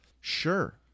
Sure